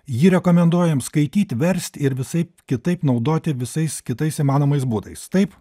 jį rekomenduojam skaityt verst ir visaip kitaip naudoti visais kitais įmanomais būdais taip